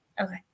Okay